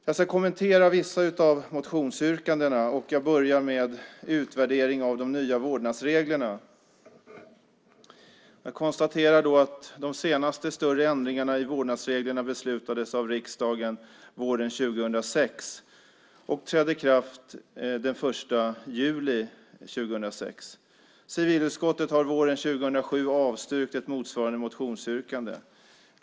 Jag ska kommentera vissa av motionsyrkandena, och jag börjar med utvärdering av de nya vårdnadsreglerna. Jag konstaterar att de senaste större ändringarna i vårdnadsreglerna beslutades av riksdagen våren 2006 och trädde i kraft den 1 juli 2006. Civilutskottet har våren 2007 avstyrkt ett motsvarande motionsyrkande.